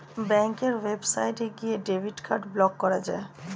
ব্যাঙ্কের ওয়েবসাইটে গিয়ে ডেবিট কার্ড ব্লক করা যায়